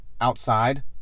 outside